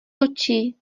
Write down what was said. oči